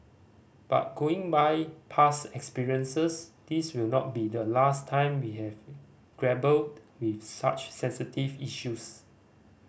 but going by past experiences this will not be the last time we have grapple with such sensitive issues